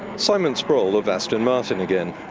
simon sproule of aston martin again